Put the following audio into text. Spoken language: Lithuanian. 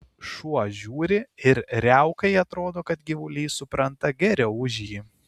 šuo žiūri ir riaukai atrodo kad gyvulys supranta geriau už jį